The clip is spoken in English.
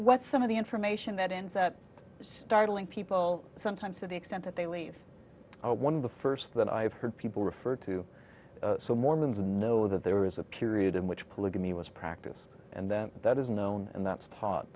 what some of the information that ends up startling people sometimes to the extent that they leave one of the first that i've heard people refer to so mormons know that there is a period in which polygamy was practiced and that is known and that's taught